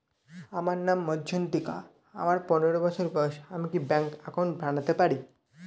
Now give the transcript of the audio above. আমার নাম মজ্ঝন্তিকা, আমার পনেরো বছর বয়স, আমি কি ব্যঙ্কে একাউন্ট বানাতে পারি?